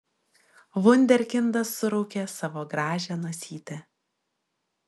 vunderkindas suraukė savo gražią nosytę